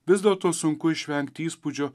vis dėlto sunku išvengti įspūdžio